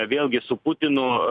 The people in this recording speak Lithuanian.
vėlgi su putinu